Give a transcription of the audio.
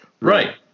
Right